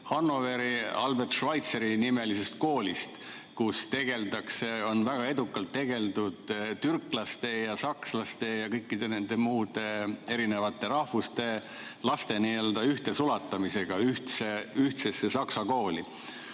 Hannoveri Albert Schweitzeri nimelisest koolist, kus on väga edukalt tegeldud türklaste, sakslaste ja kõikidest muudest rahvustest laste n‑ö ühtesulatamisega ühtsesse Saksa kooli.